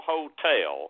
Hotel